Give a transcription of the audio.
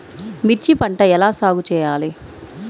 మిర్చి పంట ఎలా సాగు చేయాలి?